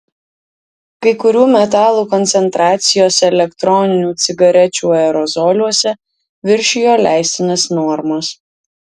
kai kurių metalų koncentracijos elektroninių cigarečių aerozoliuose viršijo leistinas normas